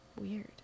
Weird